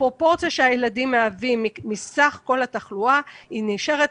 הפרופורציה שהילדים מהווים מסך-כול התחלואה נשארת